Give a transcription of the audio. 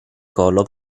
collo